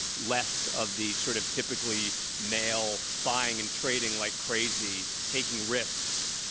less of the sort of typically male buying and trading like crazy, taking risks,